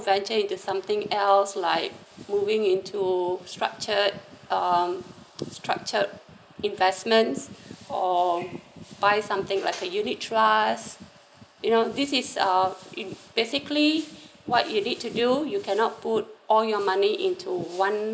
venture into something else like moving into structured um structured investments or buy something like a unit trust you know this is uh basically what you need to do you cannot put all your money into one